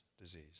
disease